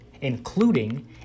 including